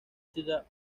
ciudad